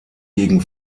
gegen